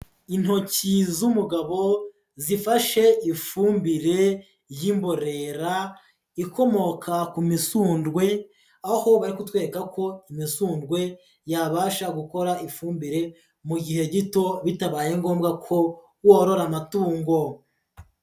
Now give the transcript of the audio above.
Intoki zumugabo zifashe ifumbire y'imborera ikomoka ku misundwe, aho bari kutwereka ko imishundwe yabasha gukora ifumbire mu gihe gito bitabaye ngombwa ko worora amatungo.